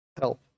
help